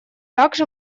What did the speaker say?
также